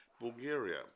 bulgaria